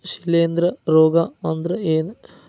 ಶಿಲೇಂಧ್ರ ರೋಗಾ ಅಂದ್ರ ಏನ್?